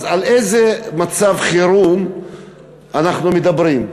אז על איזה מצב חירום אנחנו מדברים,